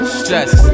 stress